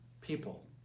People